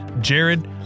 Jared